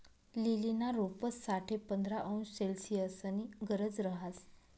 लीलीना रोपंस साठे पंधरा अंश सेल्सिअसनी गरज रहास